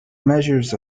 measures